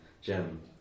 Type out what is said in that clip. gem